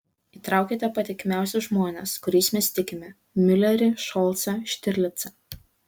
įtraukite patikimiausius žmones kuriais mes tikime miulerį šolcą štirlicą